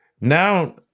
now